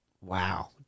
Wow